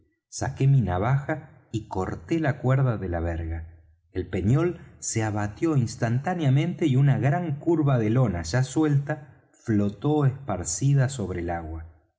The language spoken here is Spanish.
saqué mi navaja y corté la cuerda de la verga el peñol se abatió instantáneamente y una gran curva de lona ya suelta flotó esparcida sobre el agua